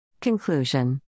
Conclusion